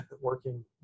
working